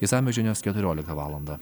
išsamios žinios keturioliktą valandą